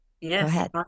Yes